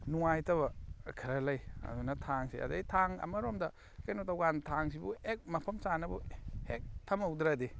ꯅꯨꯡꯉꯥꯏꯇꯕ ꯈꯔ ꯂꯩ ꯑꯗꯨꯅ ꯊꯥꯡꯁꯦ ꯑꯗꯨꯗꯩ ꯊꯥꯡ ꯑꯃꯔꯣꯝꯗ ꯀꯩꯅꯣ ꯇꯧꯕ ꯀꯥꯟꯗ ꯊꯥꯡꯁꯤꯕꯨ ꯍꯦꯛ ꯃꯐꯝ ꯆꯥꯅꯕꯨ ꯍꯦꯛ ꯊꯝꯍꯧꯗ꯭ꯔꯗꯤ